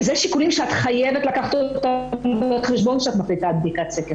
ואלה שיקולים שאת חייבת לקחת אותם בחשבון כשאת מחליטה על בדיקת סקר,